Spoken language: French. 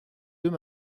deux